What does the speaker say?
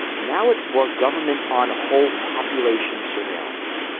now it's more government on whole population surveillance.